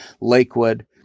Lakewood